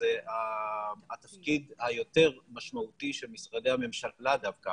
זה התפקיד היותר משמעותי של משרדי הממשלה דווקא